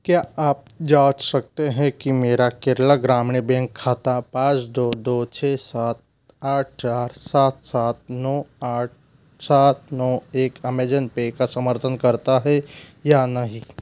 क्या आप जाँच सकते हैं कि मेरा केरला ग्रामीण बैंक खाता पाँच दो दो छ सात आठ चार सात सात नौ आठ सात नौ एक अमेज़न पे का समर्थन करता है या नहीं